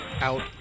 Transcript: out